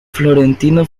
florentino